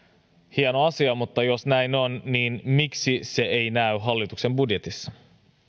hieno asia mutta jos näin on niin miksi se ei näy hallituksen budjetissa